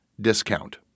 discount